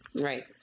Right